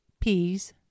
peas